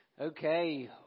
Okay